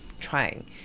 trying